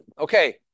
Okay